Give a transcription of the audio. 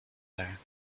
there